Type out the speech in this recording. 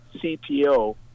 CPO